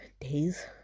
days